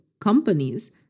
companies